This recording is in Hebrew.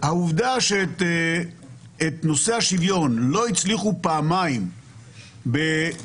העובדה שאת נושא השוויון לא הצליחו פעמיים בתיקון